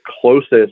closest